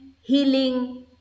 healing